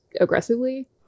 aggressively